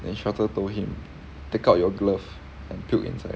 the instructor told him take out your glove and puke inside